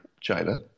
China